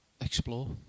explore